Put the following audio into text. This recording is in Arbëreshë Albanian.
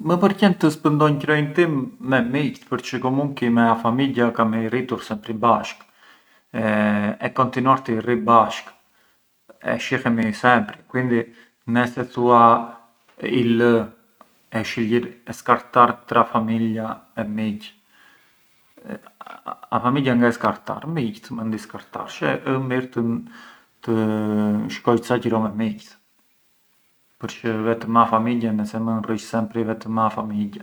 E martja për mua ë një ditë çë u lidh me një shurbes çë suçidhir te internet, cioè se del u podcast çë u seghuir më shumë, del te hera e të ngrënit pë’ mjezdit e kur ë e martja u ngë shoh herën se… ngë shoh herën se del të e shoh o të e gjegjem mentri çë makari vete Palerm, te makina e gjithë.